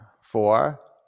four